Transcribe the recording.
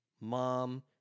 mom